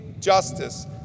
justice